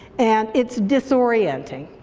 and it's disorienting,